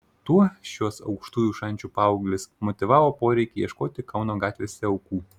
tuo šios aukštųjų šančių paauglės motyvavo poreikį ieškoti kauno gatvėse aukų